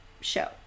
show